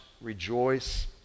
rejoice